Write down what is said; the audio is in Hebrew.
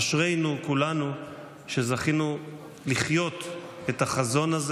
אשרינו כולנו שזכינו לחיות את החזון הזה.